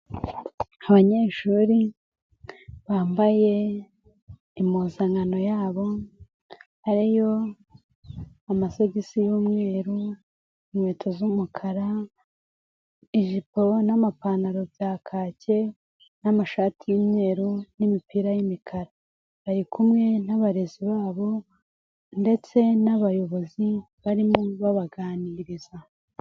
Abanyeshuri bambaye impuzankano yabo ariyo: amasogisi y'umweru, inkweto z'umukara, ijipo n'amapantaro bya kake n'amashati y'umweru n'imipira y'imikara, bari kumwe n'abarezi babo ndetse n'abayobozi barimo babaganiriza.